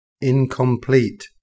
incomplete